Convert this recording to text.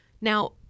Now